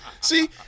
See